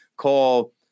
call